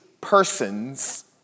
persons